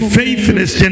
faithless